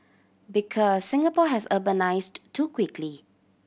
because Singapore has urbanised too quickly